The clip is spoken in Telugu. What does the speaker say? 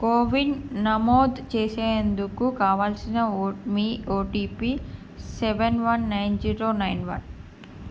కోవిన్ నమోద్ చేసేందుకు కావలసిన ఓ మీ OTP seven one nine zero nine one